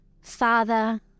Father